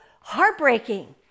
Heartbreaking